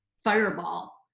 Fireball